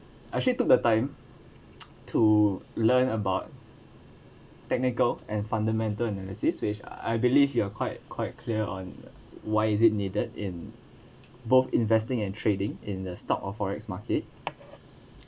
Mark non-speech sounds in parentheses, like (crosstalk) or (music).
I actually took the time (noise) to learn about technical and fundamental analysis which I believe you are quite quite clear on why is it needed in both investing and trading in the stock or forex market